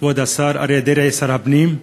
כבוד השר דרעי, שר הפנים,